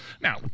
Now